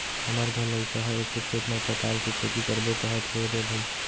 हमर घर लइका ह एसो खेत म पताल के खेती करबो कहत हे रे भई